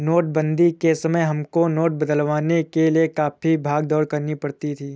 नोटबंदी के समय हमको नोट बदलवाने के लिए काफी भाग दौड़ करनी पड़ी थी